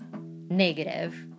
negative